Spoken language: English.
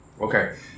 Okay